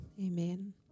Amen